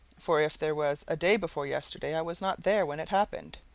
for if there was a day-before-yesterday i was not there when it happened,